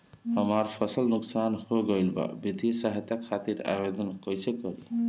हमार फसल नुकसान हो गईल बा वित्तिय सहायता खातिर आवेदन कइसे करी?